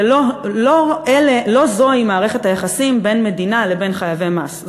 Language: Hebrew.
ולא זו היא מערכת היחסים בין מדינה לבין חייבי מס.